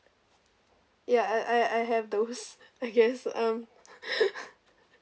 ya I I I have those I guess um